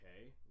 okay